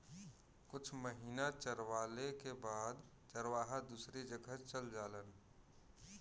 कुछ महिना चरवाले के बाद चरवाहा दूसरी जगह चल जालन